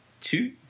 two